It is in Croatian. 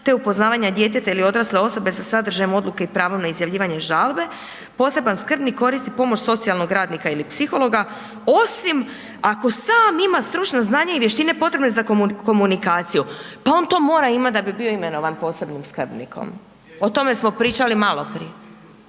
te upoznavanje djeteta ili dorasle osobe sa sadržajem odluke i pravovremeno izjavljivanje žalbe, poseban skrbnik koristi pomoć socijalnog radnika ili psihologa osim ako sam ima stručno znanje i vještine potrebne za komunikaciju. Pa on to mora imat da bi bio imenovan posebnim skrbnikom, o tome smo pričali maloprije.